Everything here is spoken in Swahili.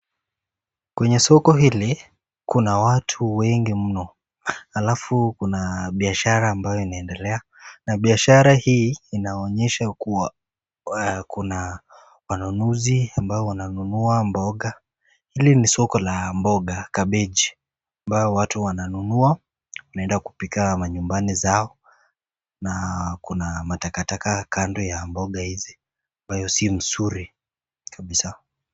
Kwenye soko hili kuna watu wengi mno, alafu kuna biashara ambayo inayoendelea. Na biashara hii inaonyesha kuwa kuna wanunuzi ambao wananunua mboga. Hili ni soko la mboga, kabeji ambayo watu wananunua wanaenda kupika manyumbani zao. Na kuna matakataka kando ya mboga hizi ambayo si nzuri kabisa.